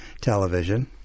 television